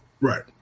Right